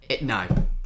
No